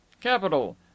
capital